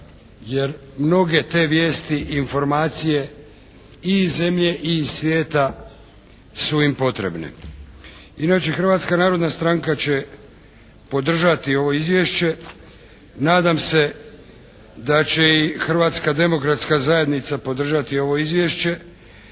jer mnoge te vijesti, informacije i iz zemlje i iz svijeta su im potrebne. Inače, Hrvatska narodna stranka će podržati ovo izvješće. Nadam se da će i Hrvatska demokratska zajednica podržati ovo izvješće